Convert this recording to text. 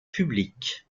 publiques